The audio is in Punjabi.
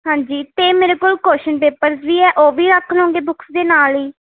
ਹਾਂਜੀ ਅਤੇ ਮੇਰੇ ਕੋਲ ਕੁਸ਼ਚਨ ਪੇਪਰਸ ਵੀ ਹੈ ਉਹ ਵੀ ਰੱਖ ਲਵੋਂਗੇ ਬੁੱਕਸ ਦੇ ਨਾਲ ਹੀ